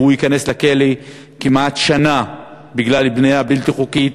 והוא ייכנס לכלא כמעט לשנה בגלל בנייה בלתי חוקית,